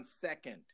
second